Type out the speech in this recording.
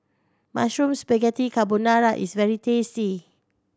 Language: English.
Mushroom Spaghetti Carbonara is very tasty